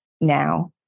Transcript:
now